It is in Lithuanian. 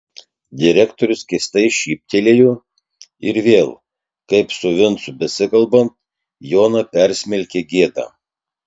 direktorius keistai šyptelėjo ir vėl kaip su vincu besikalbant joną persmelkė gėda